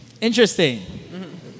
Interesting